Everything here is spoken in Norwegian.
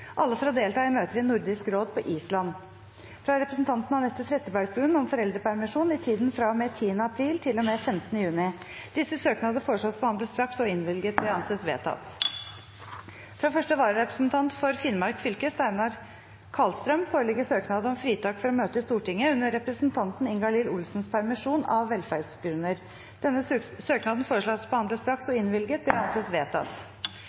alle for å delta i møter i Nordisk råd på Island fra representanten Anette Trettebergstuen om foreldrepermisjon i tiden fra og med 10. april til og med 15. juni Disse søknadene foreslås behandlet straks og innvilget. – Det anses vedtatt. Fra første vararepresentant for Finnmark fylke, Steinar Karlstrøm , foreligger søknad om fritak for å møte i Stortinget under representanten Ingalill Olsens permisjon, av velferdsgrunner. Etter forslag fra presidenten ble enstemmig besluttet: Søknaden behandles straks